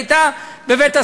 והיא הייתה בבית-הסוהר.